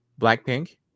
blackpink